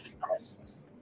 crisis